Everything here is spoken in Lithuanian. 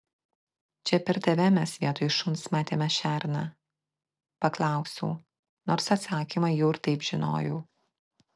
čia per tave mes vietoj šuns matėme šerną paklausiau nors atsakymą jau ir taip žinojau